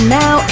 now